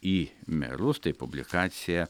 į merus tai publikacija